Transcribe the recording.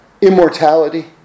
immortality